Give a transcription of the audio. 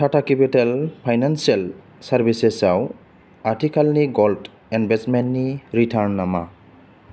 Tata capital financial services आव आथिखालनि gold इनभेस्टमेन्टनि रिटार्ना मा